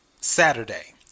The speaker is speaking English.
Saturday